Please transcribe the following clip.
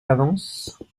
avances